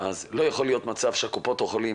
לא יכול להיות מצב שקופות החולים